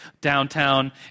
downtown